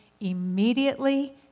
immediately